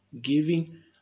giving